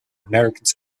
americans